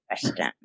question